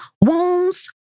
wounds